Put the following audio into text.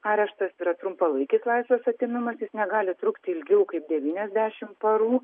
areštas yra trumpalaikis laisvės atėmimas jis negali trukti ilgiau kaip devyniasdešimt parų